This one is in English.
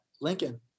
Lincoln